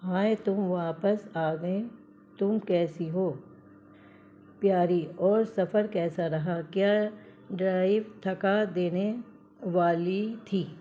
ہائے تم واپس آگئے تم کیسی ہو پیاری اور سفر کیسا رہا کیا ڈرائیو تھکا دینے والی تھی